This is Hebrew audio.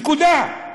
נקודה.